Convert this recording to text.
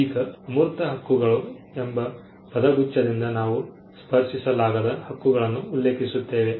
ಈಗ ಅಮೂರ್ತ ಅಮೂರ್ತ ಹಕ್ಕುಗಳು ಎಂಬ ಪದಗುಚ್ ದಿಂದ ನಾವು ಸ್ಪರ್ಶಿಸಲಾಗದ ಹಕ್ಕುಗಳನ್ನು ಉಲ್ಲೇಖಿಸುತ್ತೇವೆ